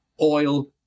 oil